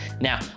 Now